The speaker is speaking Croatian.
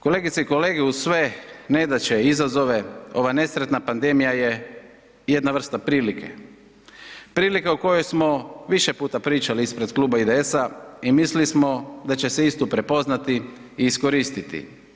Kolegice i kolege uz sve nedaće i izazove ova nesretna pandemija je jedna vrsta prilike, prilika o kojoj smo više puta pričali ispred kluba IDS-a i mislili smo da će se istu prepoznati i iskoristiti.